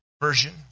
Version